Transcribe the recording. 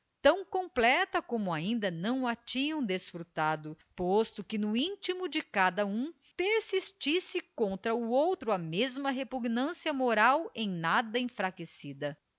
tão completa como ainda não a tinham desfrutado posto que no intimo de cada um persistisse contra o outro a mesma repugnância moral em nada enfraquecida